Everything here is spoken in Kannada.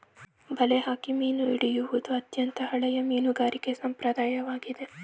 ಬಲೆ ಹಾಕಿ ಮೀನು ಹಿಡಿಯುವುದು ಅತ್ಯಂತ ಹಳೆಯ ಮೀನುಗಾರಿಕೆ ಸಂಪ್ರದಾಯವಾಗಿದೆ